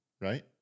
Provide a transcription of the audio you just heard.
Right